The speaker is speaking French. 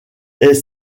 est